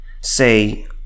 say